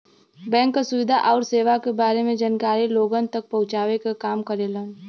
bank क सुविधा आउर सेवा क बारे में जानकारी लोगन तक पहुँचावे क काम करेलन